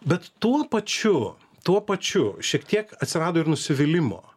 bet tuo pačiu tuo pačiu šiek tiek atsirado ir nusivylimo